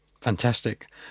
Fantastic